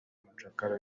nk’umucakara